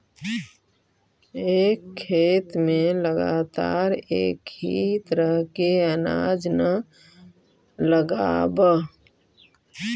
एक खेत में लगातार एक ही तरह के अनाज न लगावऽ